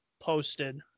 posted